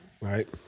right